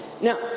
Now